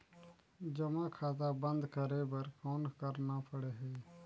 जमा खाता बंद करे बर कौन करना पड़ही?